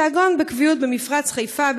תעגון בקביעות במפרץ חיפה,